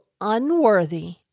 unworthy